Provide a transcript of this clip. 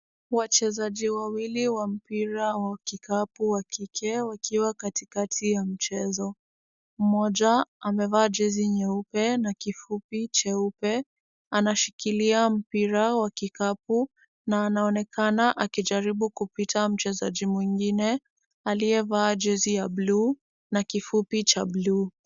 Wachezaji wawili wa mpira wa kikapu wakike wakiwa katikati ya mchezo. Mmoja amevaa jezi nyeupe na kifupi cheupe, anashikilia mpira wa kikapu, na anaonekana akijaribu kupita mchezaji mwingine, aliyevaa jezi ya blue na kifupi cha blue .